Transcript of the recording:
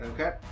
Okay